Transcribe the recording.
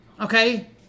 Okay